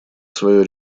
свое